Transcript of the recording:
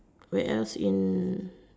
where else in